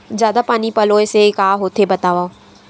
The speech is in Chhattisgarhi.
जादा पानी पलोय से का होथे बतावव?